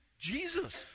Jesus